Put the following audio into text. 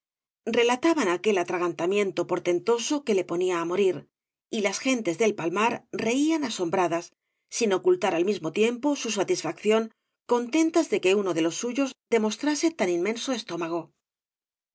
relataban aquel atragantamiento portentoso que le ponía á morir y las gentes del palmar reían asombradas sin ocultar al mismo tiempo su satisfacción contentas de que uno de loa suyos demostrase tan inmenso estóraago